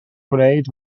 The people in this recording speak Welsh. gwneud